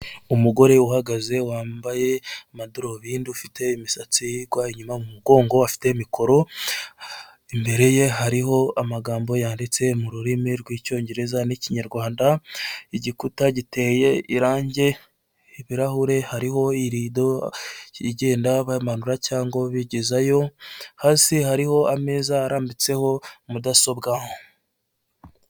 Umugore uhagaze wambaye amadarubindi ufite imisatsi igwa inyuma mu mugongo, afite mikoro imbere ye hariho amagambo yanditse mu rurimi rw'icyongereza n'ikinyarwanda, igikuta giteye irangi, ibirahure hariho irido igenda bamanura cyangwa bigezayo, hasi hariho ameza arambitseho mudasobwa.